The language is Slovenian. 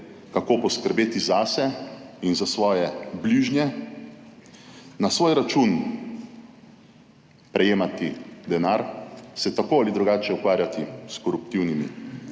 kako poskrbeti zase in za svoje bližnje, na svoj račun prejemati denar, se tako ali drugače ukvarjati s koruptivnimi